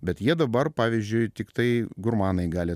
bet jie dabar pavyzdžiui tiktai gurmanai gali